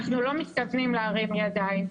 אנחנו לא מתכוונים להרים ידיים.